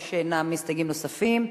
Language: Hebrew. יש מסתייגים נוספים.